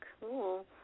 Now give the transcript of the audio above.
Cool